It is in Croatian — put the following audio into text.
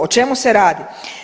O čemu se radi?